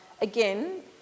Again